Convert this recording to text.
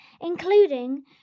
including